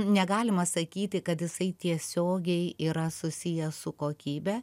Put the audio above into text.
negalima sakyti kad jisai tiesiogiai yra susijęs su kokybe